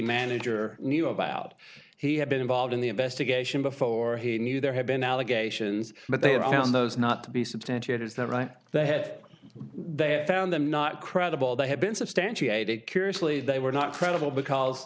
manager knew about he had been involved in the investigation before he knew there had been allegations but they have found those not to be substantiated is that right they have they're found them not credible they have been substantiated curiously they were not credible because